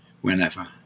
whenever